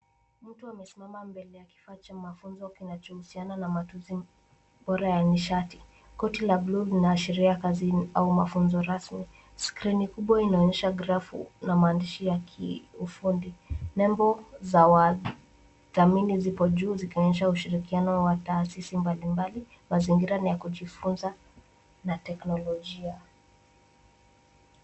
Mtu amesimama mbele ya kifaa cha mafunzo kinachohusiana na matunzi bora ya nishati. Koti la bluu linaashiria kazi au mafunzo rasmi. Skrini kubwa inaonyesha grafu na maandishi ya kiufundi. Nembo za wadhamini zipo juu zikionyesha ushirikiano wa taasisi mbalimbali. Mazingira ni ya kujifunza na teknolojia.